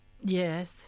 Yes